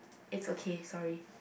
it's okay sorry